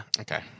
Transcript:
Okay